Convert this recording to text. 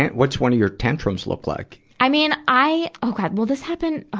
and what's one of your tantrums look like? i mean, i oh god, well this happened, ah